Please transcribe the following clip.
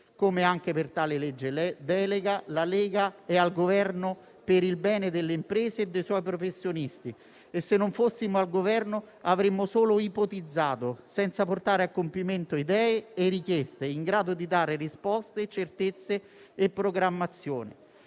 Come anche per tale legge delega, la Lega è al Governo per il bene delle imprese e dei suoi professionisti. Se non fossimo al Governo, avremmo solo ipotizzato, senza portare a complimento idee e richieste in grado di dare risposte, certezze e programmazione.